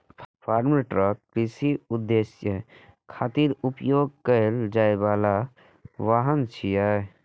farm truck कृषि उद्देश्य खातिर उपयोग कैल जाइ बला वाहन छियै